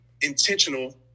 intentional